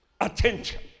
attention